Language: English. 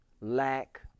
lack